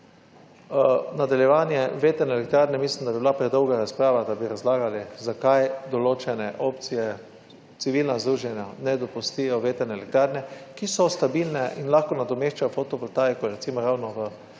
Nadaljevanje vetrne elektrarne, mislim, da bi bila predolga razprava, da bi razlagali zakaj določene opcije, civilna združenja ne dopustijo vetrne elektrarne, ki so stabilne in lahko nadomeščajo fotovoltaiko, recimo ravno v